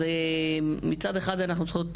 אז מצד אחד, אנחנו צריכות